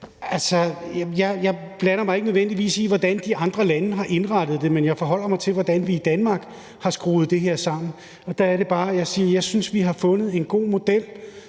jeg blander mig ikke nødvendigvis i, hvordan de andre lande har indrettet det, men jeg forholder mig til, hvordan vi i Danmark har skruet det her sammen, og der er det bare, jeg